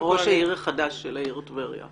ראש העיר החדש של העיר טבריה.